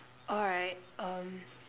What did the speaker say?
alright um